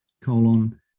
colon